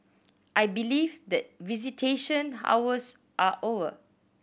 I believe that visitation hours are over